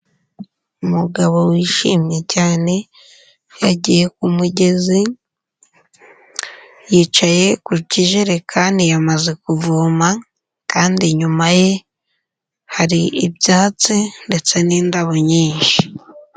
Umugabo wishimye cyane, yagiye ku mugezi, yicaye ku kijerekani yamaze kuvoma kandi inyuma ye, hari ibyatsi ndetse n'indabo nyinshi.